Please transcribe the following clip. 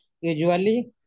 Usually